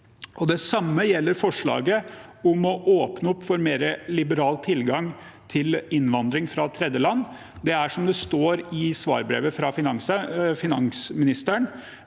Det samme gjelder forslaget om å åpne opp for mer liberal tilgang til innvandring fra tredjeland. Som det står i svarbrevet fra finansministeren: